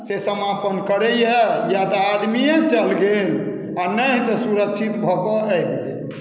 से समापन करैए या तऽ आदमिए चलि गेल आ नहि तऽ सुरक्षित भऽ कऽ आबि गेल